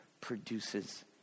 produces